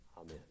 Amen